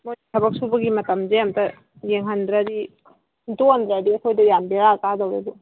ꯃꯈꯣꯏ ꯊꯕꯛ ꯁꯨꯕꯒꯤ ꯃꯇꯝꯁꯦ ꯑꯃꯨꯛꯇ ꯌꯦꯡꯍꯟꯗ꯭ꯔꯗꯤ ꯑꯩꯈꯣꯏꯗ ꯌꯥꯝ ꯕꯦꯔꯥ ꯀꯥꯗꯧꯔꯦꯕꯣ